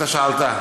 אתה שאלת,